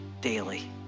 daily